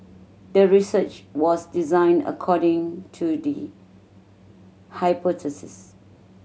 the research was designed according to the hypothesis